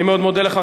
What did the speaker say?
אני מאוד מודה לך.